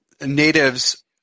Natives